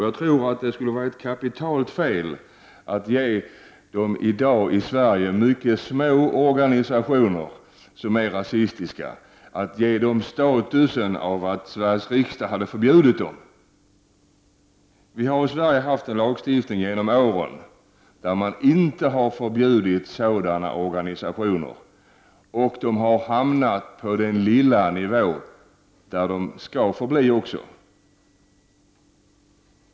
Jag tror att det skulle ha varit kapitalt fel att ge de i dag i Sverige mycket små organisationer som är rasistiska statusen av att Sveriges riksdag hade förbjudit dem. Vi har i Sverige haft en lagstiftning genom åren där sådana organisationer inte har förbjudits. De har hamnat på den lilla nivå där de också skall förbli.